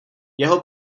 jeho